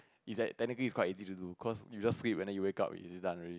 is that technically it's quite easy to do cause you just sleep and then you wake up it is done already